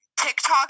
TikTok